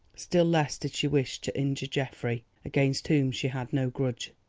still less did she wish to injure geoffrey, against whom she had no grudge.